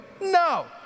No